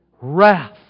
wrath